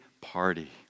party